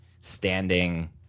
standing